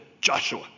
Joshua